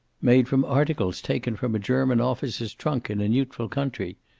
made from articles taken from a german officer's trunk, in a neutral country.